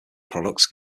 products